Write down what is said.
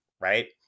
right